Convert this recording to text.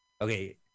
Okay